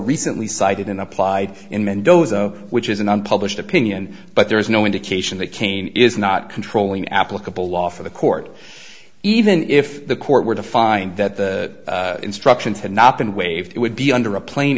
recently cited in applied in mendoza which is an unpublished opinion but there is no indication that cain is not controlling applicable law for the court even if the court were to find that the instructions had not been waived it would be under a pla